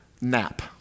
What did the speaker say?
nap